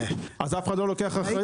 אף אחד לא לוקח אחריות.